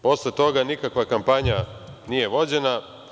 Posle toga nikakva kampanja nije vođena.